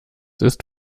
ist